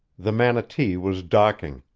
the manatee was docking.